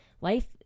life